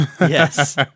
Yes